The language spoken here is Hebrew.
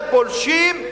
למה המושג הזה "פולשים",